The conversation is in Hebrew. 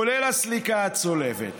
כולל הסליקה הצולבת.